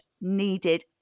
needed